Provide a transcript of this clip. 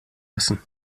lassen